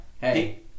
hey